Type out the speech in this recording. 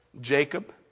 Jacob